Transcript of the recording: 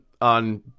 on